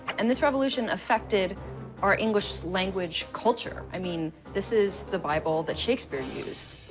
and this revolution affected our english language culture. i mean, this is the bible that shakespeare used.